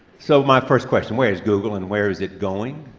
so my first question where is google and where is it going?